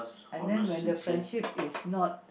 and then when the friendship is not